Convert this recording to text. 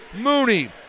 Mooney